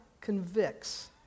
convicts